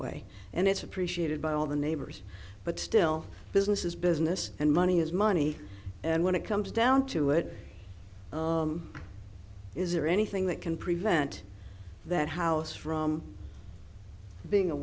way and it's appreciated by all the neighbors but still business is business and money is money and when it comes down to it is there anything that can prevent that house from being a